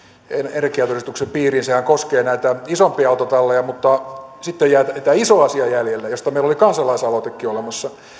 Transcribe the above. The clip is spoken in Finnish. energiatodistuksen piiriin sehän koskee näitä isompia autotalleja mutta sitten jää tämä iso asia jäljelle josta meillä oli kansalaisaloitekin olemassa